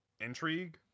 intrigue